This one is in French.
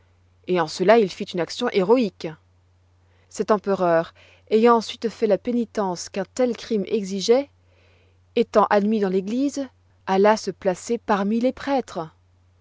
et en cela il fit une action héroïque cet empereur ayant ensuite fait la pénitence qu'un tel crime exigeoit étant admis dans l'église s'alla placer parmi les prêtres